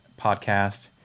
podcast